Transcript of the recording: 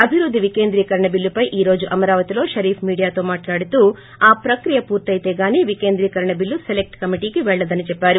అభివృద్ధి వికేంద్రీకరణ చిల్లుపై ఈ రోజు అమరావతిలోషరీఫ్ మీడియాతో మాట్లాడుతూ ఆ ప్రక్రియ పూర్తయితేగానీ వికేంద్రీకరణ బిల్లు సెలెక్ష్ కమిటీకి పెళ్లదని చెప్పారు